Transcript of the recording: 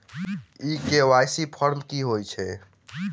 ई KYC form की हएत छै?